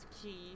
key